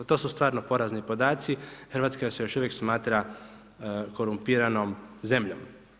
To su stvarno porazni podaci, Hrvatska se još uvijek smatra korumpiranom zemljom.